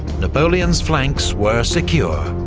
napoleon's flanks were secure,